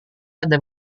ada